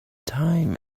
time